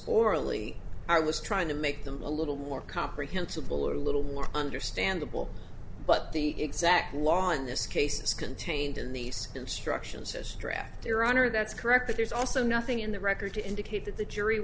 orally i was trying to make them a little more comprehensible or a little more understandable but the exact law in this case is contained in these instructions as direct iran or that's correct but there's also nothing in the record to indicate that the jury